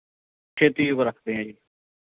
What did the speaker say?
ਛੇਤੀ ਆਪਾਂ ਰੱਖਦੇ ਹਾਂ ਜੀ